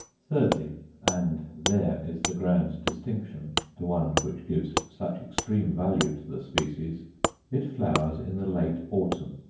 thirdly and there is the grand distinction, the one which gives such extreme value to the species it flowers in the late autumn,